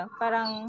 parang